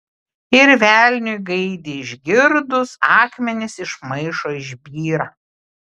ir velniui gaidį išgirdus akmenys iš maišo išbyra